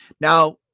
Now